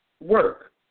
work